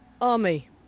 Army